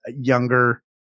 younger